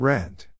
Rent